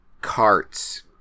carts